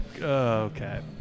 Okay